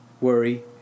worry